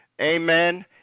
Amen